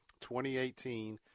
2018